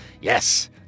Yes